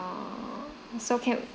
err so can